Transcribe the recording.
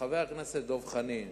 חבר הכנסת דב חנין,